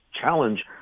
challenge